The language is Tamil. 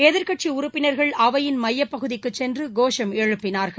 எதிர்க்கட்சி உறுப்பினர்கள் அவையின் எமயப்பகுதிக்கு சென்று கோஷம் எழுப்பினர்கள்